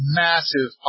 massive